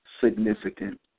significant